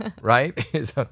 Right